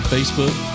Facebook